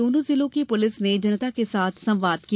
दोनों जिलों की पुलिस ने जनता के साथ संवाद किया